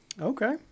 Okay